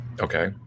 Okay